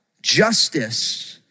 Justice